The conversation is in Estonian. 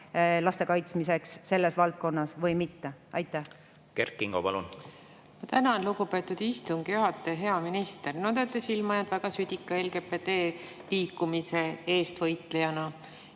laste kaitsmiseks selles valdkonnas või mitte. Kert Kingo, palun! Tänan, lugupeetud istungi juhataja! Hea minister! No te olete silma jäänud väga südika LGBT-liikumise eest võitlejana.